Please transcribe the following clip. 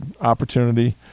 opportunity